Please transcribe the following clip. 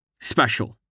Special